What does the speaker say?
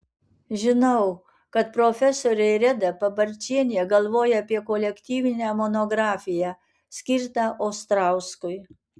žinau kad profesorė reda pabarčienė galvoja apie kolektyvinę monografiją skirtą ostrauskui